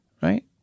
Right